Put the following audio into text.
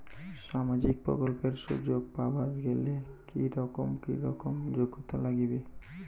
সামাজিক প্রকল্পের সুযোগ পাবার গেলে কি রকম কি রকম যোগ্যতা লাগিবে?